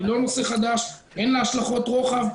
היא לא נושא חדש ואין לה השלכות רוחב.